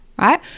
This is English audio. right